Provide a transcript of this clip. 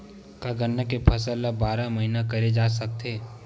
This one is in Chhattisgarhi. का गन्ना के फसल ल बारह महीन करे जा सकथे?